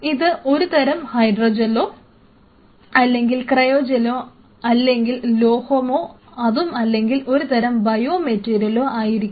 ഇത് ഒരുതരം ഹൈഡ്രോജെല്ലോ അല്ലെങ്കിൽ ക്രയോജെല്ലോ അല്ലെങ്കിൽ ലോഹമോ അതും അല്ലെങ്കിൽ ഒരു തരം ബയോമെറ്റീരിയലോ ആയിരിക്കും